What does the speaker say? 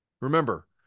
Remember